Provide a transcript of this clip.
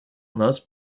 most